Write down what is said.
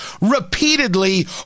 repeatedly